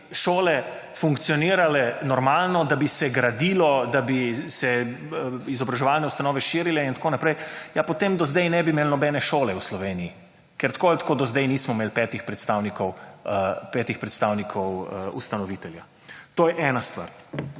šole funkcionirale normalno, da bi se gradilo, da bi se izobraževalne ustanove širile in tako naprej, ja potem do zdaj ne bi imel nobene šole v Sloveniji, ker tako in tako do zdaj nismo imeli petih predstavnikov ustanovitelja. To je ena stvar.